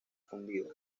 fundida